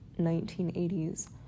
1980s